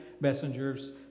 messengers